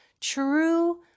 true